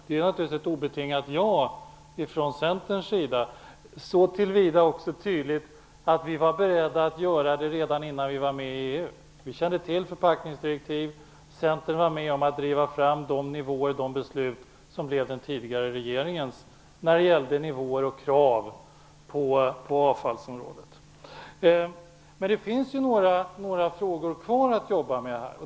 Det blir naturligtvis ett obetingat "ja" från Centerns sida. Vi var beredda att göra det redan innan vi var med i EU. Vi kände till förpackningsdirektiv. När det gäller nivåer och krav på avfallsområdet var Centern med om att driva fram de nivåer och de beslut som blev den tidigare regeringens. Men det finns några frågor kvar att arbeta med.